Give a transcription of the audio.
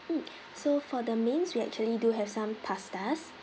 mm so for the mains we actually do have some pastas